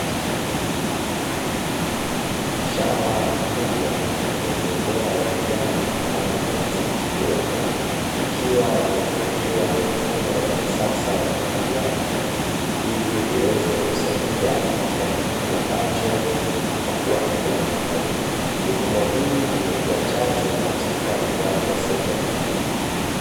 Shamba kubwa lenye mimea ya kijani ambayo imeanza kuchipua, ikiwa imefungiwa mifumo ya kisasa ya umwagiliaji, ili iweze kusaidia katika kipindi ambacho kutakua hakuna mvua. Mifumo hii imekua chachu katika ukuaji wa sekta la kilimo.